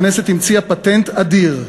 הכנסת המציאה פטנט אדיר: